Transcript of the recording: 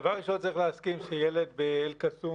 דבר ראשון צריך להסכים שילד באל קסום